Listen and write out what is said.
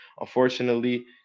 unfortunately